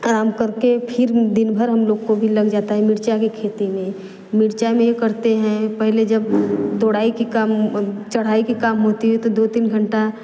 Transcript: आराम करके फिर दिन भर हम लोग को भी लग जाता है मिर्चा की खेती में मिर्चा में करते हैं पहले जब दौड़ाई की काम चढ़ाई की काम होती है तो दो तीन घंटा